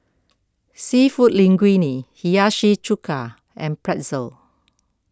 Seafood Linguine Hiyashi Chuka and Pretzel